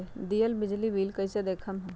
दियल बिजली बिल कइसे देखम हम?